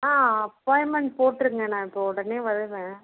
ஆ appointment போட்டுருங்க நான் இப்போ உடனே வருவேன்